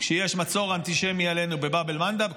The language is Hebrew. כשיש מצור אנטישמי עלינו בבאב אל-מנדב.